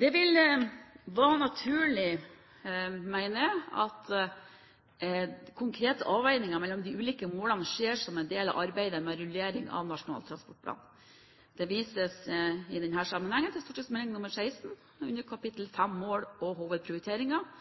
Det vil være naturlig, mener jeg, at konkrete avveininger mellom de ulike målene skjer som en del av arbeidet med rullering av Nasjonal transportplan. Det vises i denne sammenhengen til St.meld. nr. 16 for 2008–2009, under kap. 5 Mål og hovedprioriteringer,